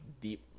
deep